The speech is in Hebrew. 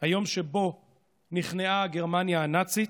היום שבו נכנעה גרמניה הנאצית,